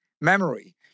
memory